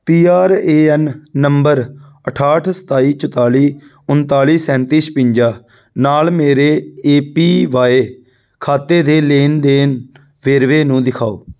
P R A N number ਅਠਾਹਠ ਸਤਾਈ ਚੁਤਾਲੀ ਉਨਤਾਲੀ ਸੈਂਤੀ ਛਪੰਜਾ ਨਾਲ ਮੇਰੇ ਏ ਪੀ ਵਾਈ ਖਾਤੇ ਦੇ ਲੈਣ ਦੇਣ ਵੇਰਵੇ ਨੂੰ ਦਿਖਾਓ